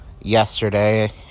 yesterday